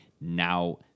now